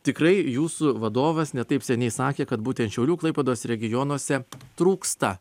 tikrai jūsų ir vadovas ne taip seniai sakė kad būtent šiaulių klaipėdos regionuose trūksta